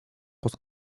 pod